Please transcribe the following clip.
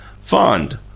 Fond